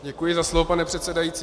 Děkuji za slovo, pane předsedající.